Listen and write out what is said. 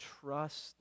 trust